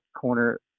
corner